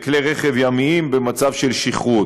וכלי רכב ימיים במצב של שכרות.